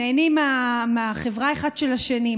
נהנים אחד מהחברה של השני,